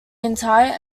entire